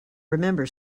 remember